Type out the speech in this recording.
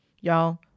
Y'all